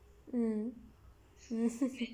mm